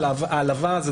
אלה